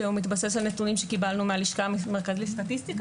שמתבסס על נתונים שקיבלנו מהלשכה המרכזית לסטטיסטיקה.